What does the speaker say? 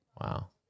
Wow